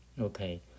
Okay